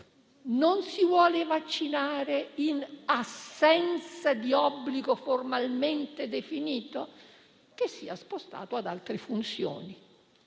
Non si vuole vaccinare in assenza di obbligo formalmente definito? Che sia spostato ad altre funzioni,